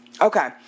Okay